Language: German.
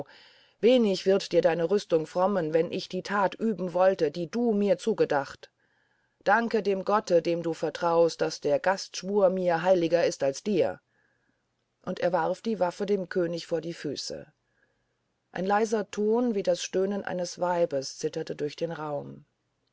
wenig wird dir deine rüstung frommen wenn ich die tat üben wollte die du mir zugedacht danke dem gotte dem du vertraust daß der gastschwur mir heiliger ist als dir und er warf die waffe dem könig vor die füße ein leiser ton wie das stöhnen eines weibes zitterte durch den raum